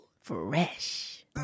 Fresh